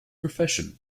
profession